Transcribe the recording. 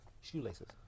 shoelaces